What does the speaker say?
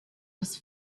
was